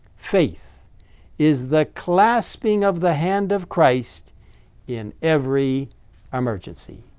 faith is the clasping of the hand of christ in every emergency.